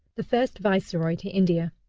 the first viceroy to india,